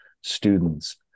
students